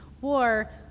war